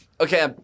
Okay